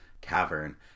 cavern